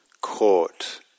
caught